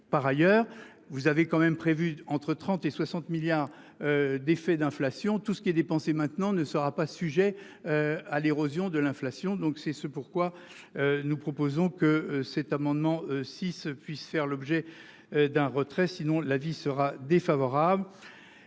Par ailleurs, vous avez quand même prévu entre 30 et 60 milliards. D'effet d'inflation tout ce qui est dépensé maintenant ne sera pas sujet. À l'érosion de l'inflation, donc c'est ce pourquoi. Nous proposons que cet amendement six puisse faire l'objet. D'un retrait sinon l'avis sera défavorable.